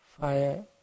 fire